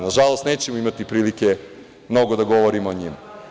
Nažalost, nećemo imati prilike mnogo da govorimo o njima.